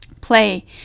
play